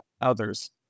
others